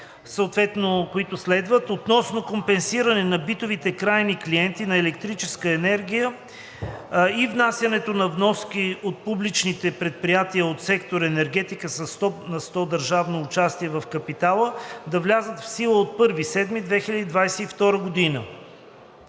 съответно, които следват, относно компенсиране на битовите крайни клиенти на електрическа енергия и внасянето на вноски от публичните предприятия от сектор „Енергетика“ със 100 на сто държавно участие в капитала да влизат в сила от 1юли 2022 г.“